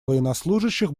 военнослужащих